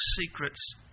secrets